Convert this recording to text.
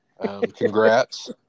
Congrats